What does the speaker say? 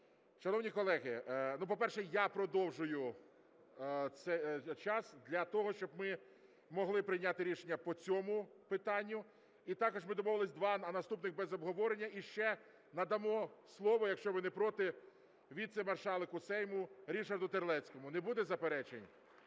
Шановні колеги, ну, по-перше, я продовжую час для того, щоб ми могли прийняти рішення по цьому питанню. І також ми домовились два наступних – без обговорення. І ще надамо слово, якщо ви не проти, Віце-маршалку Сейму Ришарду Терлецькому. Не буде заперечень?